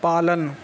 पालन